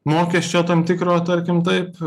mokesčio tam tikro tarkim taip